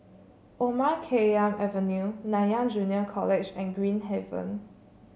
Omar Khayyam Avenue Nanyang Junior College and Green Haven